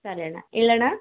ಸರಿ ಅಣ್ಣ ಇಲ್ಲಣ್ಣ